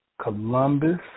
Columbus